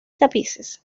tapices